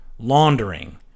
Laundering